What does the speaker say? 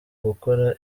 gukora